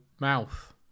mouth